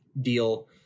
deal